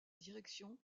direction